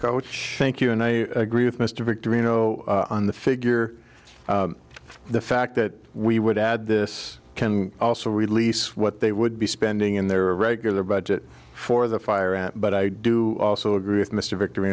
coach thank you and i agree with mr victory no on the figure the fact that we would add this can also release what they would be spending in their regular budget for the fire ant but i do also agree with mr victory